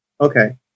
Okay